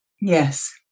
Yes